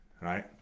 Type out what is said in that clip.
right